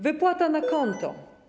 Wypłata na konto.